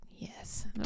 Yes